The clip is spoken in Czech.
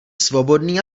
svobodný